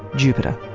jupiter